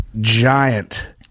giant